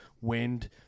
wind